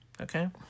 Okay